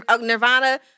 Nirvana